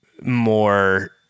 more